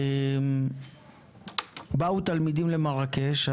באו תלמידים למרקש.